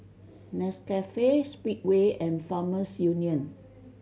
Nescafe Speedway and Farmers Union